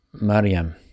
Maryam